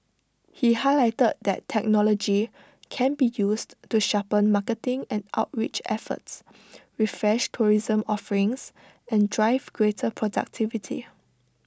he highlighted that technology can be used to sharpen marketing and outreach efforts refresh tourism offerings and drive greater productivity